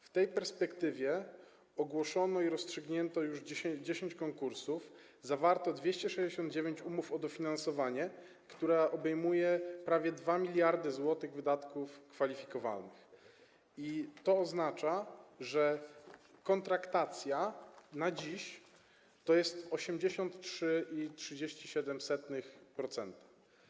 W tej perspektywie ogłoszono i rozstrzygnięto już 10 konkursów, zawarto 269 umów o dofinansowanie, które obejmują prawie 2 mld zł wydatków kwalifikowalnych, a to oznacza, że kontraktacja na dziś to 83,37%.